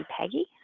Peggy